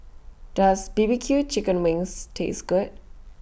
Does B B Q Chicken Wings Taste Good